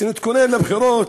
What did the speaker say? שנתכונן לבחירות.